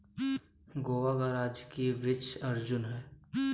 गोवा का राजकीय वृक्ष अर्जुन है